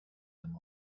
them